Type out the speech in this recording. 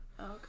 okay